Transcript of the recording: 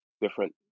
different